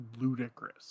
ludicrous